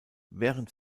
während